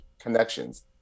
connections